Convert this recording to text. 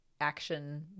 action